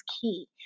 key